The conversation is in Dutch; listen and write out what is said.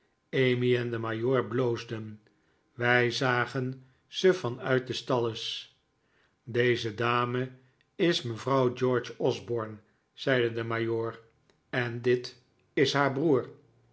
en de majoor bloosden wij zagen ze van uit de stalles deze dame is mevrouw george osborne zeide de majoor en dit is haar broer